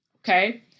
Okay